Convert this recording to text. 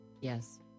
Yes